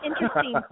interesting